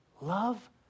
Love